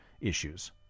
issues